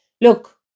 look